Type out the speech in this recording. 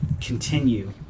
continue